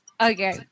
Okay